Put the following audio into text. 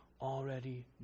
already